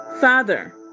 Father